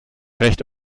recht